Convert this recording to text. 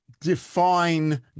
define